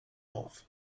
auf